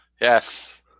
Yes